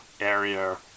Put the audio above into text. area